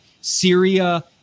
Syria